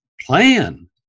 plan